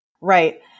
Right